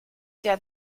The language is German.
der